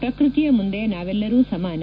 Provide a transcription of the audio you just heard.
ಪ್ರಕ್ಷತಿಯ ಮುಂದೆ ನಾವೆಲ್ಲರೂ ಸಮಾನ